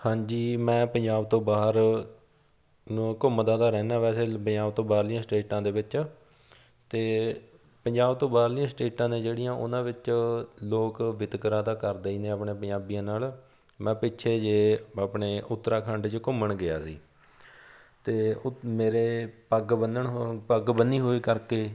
ਹਾਂਜੀ ਮੈਂ ਪੰਜਾਬ ਤੋਂ ਬਾਹਰ ਨੂੰ ਘੁੰਮਦਾ ਤਾਂ ਰਹਿੰਦਾ ਵੈਸੇ ਪੰਜਾਬ ਤੋਂ ਬਾਹਰਲੀਆਂ ਸਟੇਟਾਂ ਦੇ ਵਿੱਚ ਅਤੇ ਪੰਜਾਬ ਤੋਂ ਬਾਹਰਲੀਆਂ ਸਟੇਟਾਂ ਨੇ ਜਿਹੜੀਆਂ ਉਹਨਾਂ ਵਿੱਚ ਲੋਕ ਵਿਤਕਰਾ ਤਾਂ ਕਰਦੇ ਹੀ ਨੇ ਆਪਣੇ ਪੰਜਾਬੀਆਂ ਨਾਲ ਮੈਂ ਪਿੱਛੇ ਜੇ ਆਪਣੇ ਉੱਤਰਾਖੰਡ 'ਚ ਘੁੰਮਣ ਗਿਆ ਸੀ ਅਤੇ ਉਹ ਮੇਰੇ ਪੱਗ ਬੰਨਣ ਪੱਗ ਬੰਨੀ ਹੋਈ ਕਰਕੇ